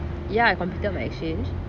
ya I completed my exchange